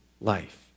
life